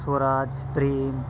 Swaraj Prem